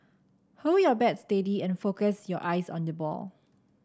hold your bat steady and focus your eyes on the ball